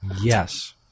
Yes